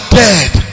dead